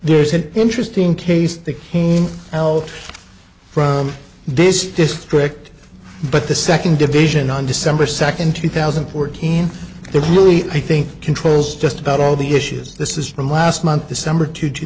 there's an interesting case the came out from this district but the second division on december second two thousand and fourteen there really i think controls just about all the issues this is from last month december to two